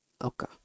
Okay